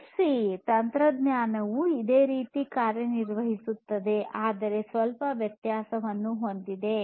NFC ತಂತ್ರಜ್ಞಾನವೂ ಇದೇ ರೀತಿ ಕಾರ್ಯನಿರ್ವಹಿಸುತ್ತದೆ ಆದರೆ ಸ್ವಲ್ಪ ವ್ಯತ್ಯಾಸವನ್ನು ಹೊಂದಿದೆ